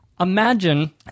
Imagine